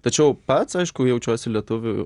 tačiau pats aišku jaučiuosi lietuviu